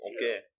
okay